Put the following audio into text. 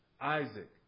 Isaac